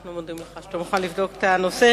אנחנו מודים לך על שאתה מוכן לבדוק את הנושא.